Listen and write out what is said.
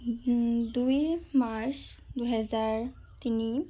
দুই মাৰ্চ দুহেজাৰ তিনি